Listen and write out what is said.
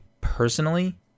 personally